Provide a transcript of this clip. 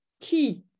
key